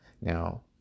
Now